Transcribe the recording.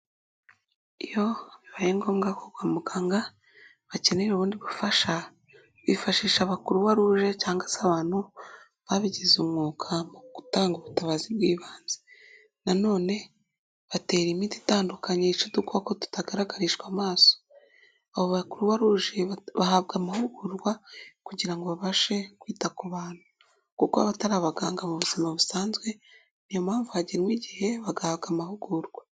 Iyo bibaye ngombwa ko kwa muganga bakeneye ubundi bufasha, bifashisha ba croix rouge cyangwa se abantu babigize umwuga mu gutanga ubutabazi bw'ibanze, nanone batera imiti itandukanye yica udukoko tutagaragarishwa amaso. Abo ba croix rouge bahabwa amahugurwa kugira ngo babashe kwita ku bantu, kuko baba batari abaganga mu buzima busanzwe, niyo mpamvu hagenwa igihe bagahabwa amahugurwa.